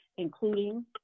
including